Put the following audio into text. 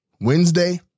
Wednesday